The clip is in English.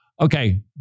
Okay